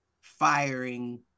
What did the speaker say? firing